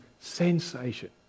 sensation